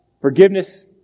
Forgiveness